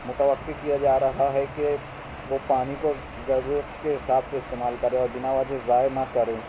ترقی کیا جا رہا ہے کہ وہ پانی کو ضرورت کے حساب سے استعمال کریں اور بنا وجہ ضائع نہ کریں